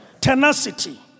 tenacity